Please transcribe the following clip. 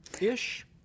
ish